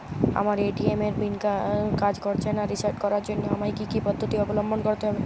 আমার এ.টি.এম এর পিন কাজ করছে না রিসেট করার জন্য আমায় কী কী পদ্ধতি অবলম্বন করতে হবে?